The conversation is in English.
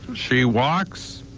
she walks.